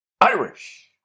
Irish